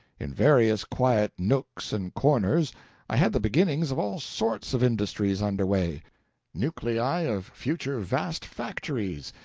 in various quiet nooks and corners i had the beginnings of all sorts of industries under way nuclei of future vast factories,